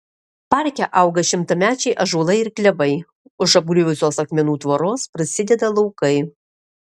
parke auga šimtamečiai ąžuolai ir klevai už apgriuvusios akmenų tvoros prasideda laukai